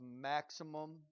maximum